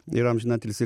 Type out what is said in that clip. ir amžiną atilsį